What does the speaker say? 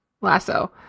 lasso